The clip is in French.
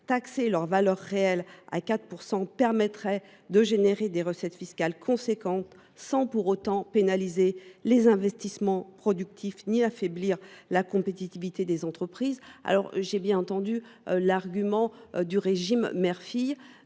à leur valeur réelle à 4 % permettrait de générer des recettes fiscales importantes sans pour autant pénaliser les investissements productifs ni affaiblir la compétitivité des entreprises. Certes, j’ai bien entendu l’argument fondé sur le régime mère filles,